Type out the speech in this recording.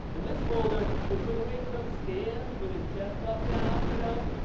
and this folder is for the way trump stands with his chest puffed out, you know,